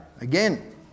again